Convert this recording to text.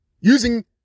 using